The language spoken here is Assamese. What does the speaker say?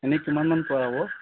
এনে কিমান মান পৰা হ'ব